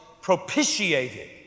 propitiated